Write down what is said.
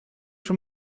from